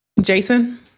Jason